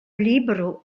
libro